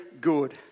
good